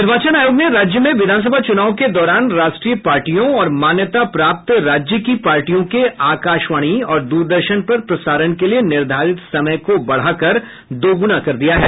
निर्वाचन आयोग ने राज्य में विधानसभा चूनाव के दौरान राष्ट्रीय पार्टियों और मान्यता प्राप्त राज्य की पार्टियों के आकाशवाणी और द्रदर्शन पर प्रसारण के लिए निर्धारित समय को बढ़ाकर दुगुना कर दिया है